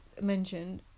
mentioned